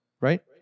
Right